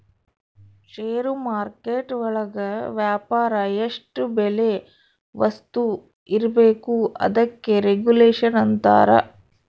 ಷೇರು market ಒಳಗ ವ್ಯಾಪಾರ ಎಷ್ಟ್ ಬೆಲೆ ವಸ್ತು ಇರ್ಬೇಕು ಅದಕ್ಕೆ ರೆಗುಲೇಷನ್ ಅಂತರ